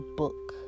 book